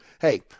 hey